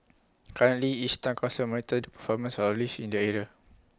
currently each Town Council monitored performance of lifts in their area